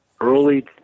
early